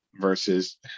versus